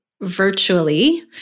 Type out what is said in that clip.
virtually